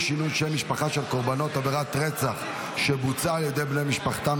שינוי שם משפחה של קורבנות עבירת רצח שבוצעה על ידי בני משפחתם),